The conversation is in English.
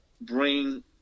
bring